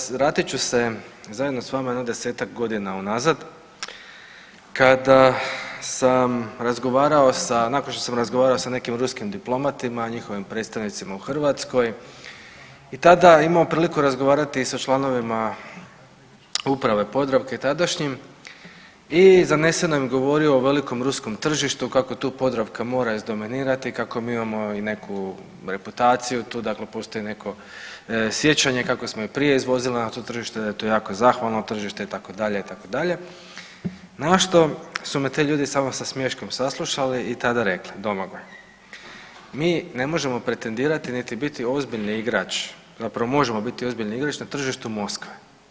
Vratit ću vas, vratit ću se zajedno s vama jedno desetak godina unazad kada sam razgovara sa, nakon što sam razgovarao sa nekim ruskim diplomatima, njihovim predstavnicima u Hrvatskoj, i tada imao priliku razgovarati i sa članovima uprave Podravke tadašnjim i zaneseno im govorio o velikom ruskom tržištu, kako tu Podravka mora izdominirati, kako mi imamo i neku reputaciju tu, dakle postoji neko sjećanje kako smo i prije izvozili na to tržište, da je to jako zahvalno tržište, itd., itd., na što su me ti ljudi samo sa smiješkom saslušali i tada rekli, Domagoj, mi ne možemo pretendirati niti biti ozbiljni igrač, zapravo možemo biti ozbiljni igrač na tržištu Moskve.